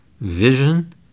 vision